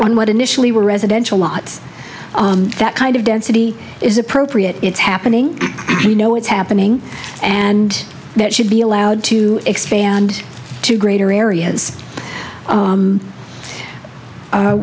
on what initially were residential lots that kind of density is appropriate it's happening you know it's happening and that should be allowed to expand to greater areas